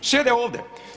Sjede ovdje.